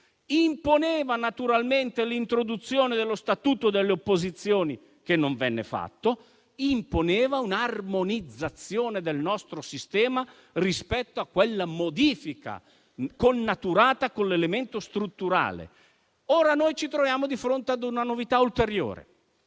imponeva naturalmente l'introduzione dello Statuto delle opposizioni, che non venne fatto; imponeva un'armonizzazione del nostro sistema rispetto a quella modifica, connaturata con l'elemento strutturale. Ora ci troviamo di fronte a una novità ulteriore: